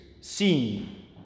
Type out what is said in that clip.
seen